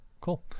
Cool